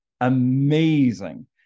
amazing